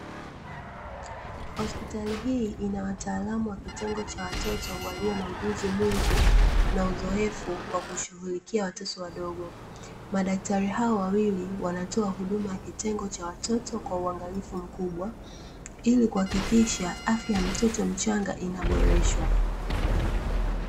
Hospitali hii ina wataalamu wa kitengo cha watoto walio na ujuzi mwingi na uzoefu wa kushughulikia watoto wadogo ,madaktari hao wawili wanatoa huduma ya kitengo cha watoto kwa uangalifu mkubwa ili kuhakikisha afya ya mtoto mchanga inaboreshwa.